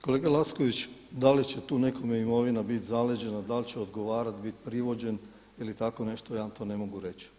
Kolega Lacković, da li će tu nekome imovina bit zaleđena, da li će odgovarati, bit privođen ili tako nešto ja vam to ne mogu reći.